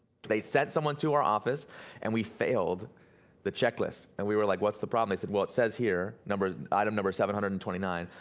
they sent someone to our office and we failed the checklist and we were like what's the problem. they said well it says here, item number seven hundred and twenty nine,